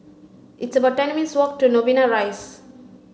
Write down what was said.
it's about ten minutes' walk to Novena Rise